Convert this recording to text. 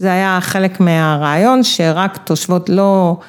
‫זה היה חלק מהרעיון ‫שרק תושבות לא...